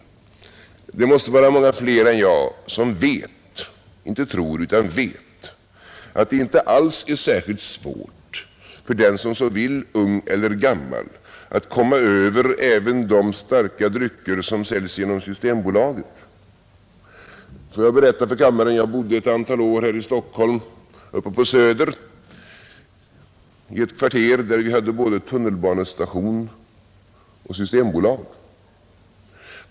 Det måste vara fler än jag som vet — inte tror utan vet — att det inte alls är särskilt svårt för den som vill, ung eller gammal, att komma över även de starka drycker som säljs genom Systembolaget. Jag bodde under ett antal år i ett kvarter uppe på Söder här i Stockholm, där vi hade både tunnelbanestation och systembutik.